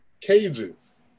Cages